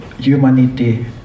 humanity